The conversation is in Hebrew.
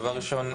דבר ראשון,